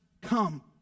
Come